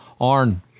Arn